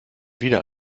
wieder